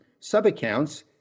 subaccounts